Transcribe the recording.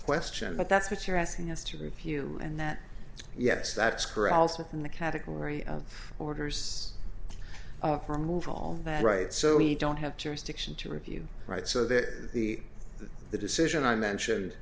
question but that's what you're asking us to review and that yes that's corrals within the category of orders for move all right so we don't have jurisdiction to review right so that the the decision i mentioned